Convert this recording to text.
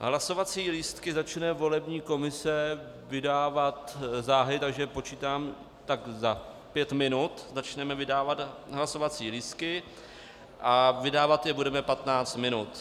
Hlasovací lístky začne volební komise vydávat záhy, takže počítám, že tak za pět minut začneme vydávat hlasovací lístky a vydávat je budeme patnáct minut.